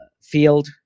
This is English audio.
field